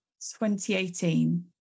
2018